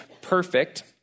perfect